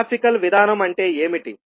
graphical విధానం అంటే ఏమిటి